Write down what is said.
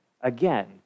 again